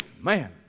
Man